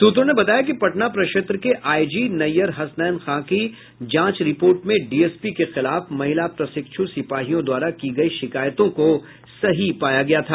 सूत्रों ने बताया कि पटना प्रक्षेत्र के आईजी नैयर हसनैन खां की जांच रिपोर्ट में डीएसपी के खिलाफ महिला प्रशिक्षु सिपाहियों द्वारा की गयी शिकायतों को सही पाया गया था